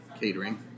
catering